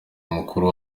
mukuru